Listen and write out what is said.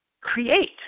create